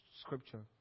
scripture